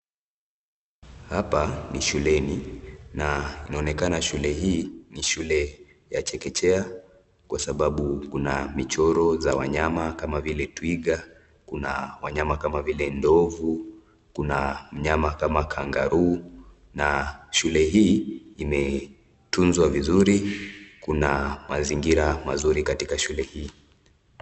Hapa ni shuleni na inaonekana shule hii ni shule ya chekechea kwa sababu kuna michoro za wanyama kama vile twiga, kuna wanyama kama vile ndovu na mnyama kama kangaroo na shule hii imetunzwa vizuri. Kuna mazingira mazuri katika shule hii.